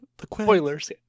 spoilers